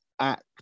act